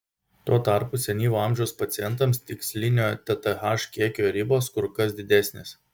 tuo tarpu senyvo amžiaus pacientams tikslinio tth kiekio ribos kur kas didesnės